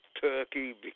turkey